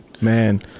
man